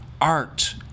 art